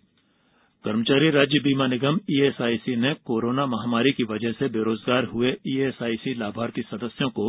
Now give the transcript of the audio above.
ESIC कर्मचारी राज्य बीमा निगम ईएसआईसी ने कोरोना महामारी की वजह से बेरोजगार हए ईएसआईसी लाभार्थी सदस्यों को